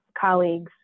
colleagues